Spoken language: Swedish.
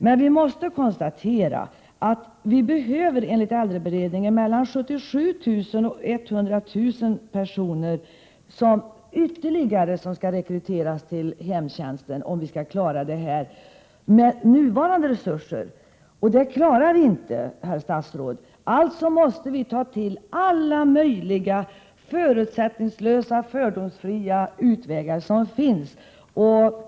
Men vi måste konstatera att vi enligt äldreberedningen behöver rekrytera mellan 77 000 och 100 000 personer ytterligare till hemtjänsten, om vi skall klara behoven. Det kan vi inte göra med nuvarande resurser, herr statsråd. Därför måste vi förutsättningslöst och fördomsfritt pröva nya vägar.